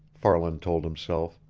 farland told himself.